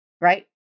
right